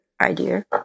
idea